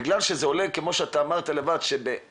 בגלל שזה עולה, כפי שאתה אמרת, בעלויות,